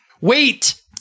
Wait